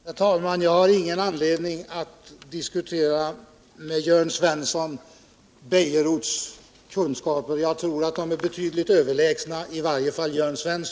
Herr talman! Jag har ingen anledning att med Jörn Svensson diskutera Nils Bejerots kunskaper. Jag tror att de är betydligt överlägsna Jörn Svenssons, i varje fall på detta område.